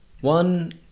One